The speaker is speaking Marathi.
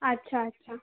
अच्छा अच्छा